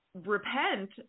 repent